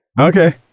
Okay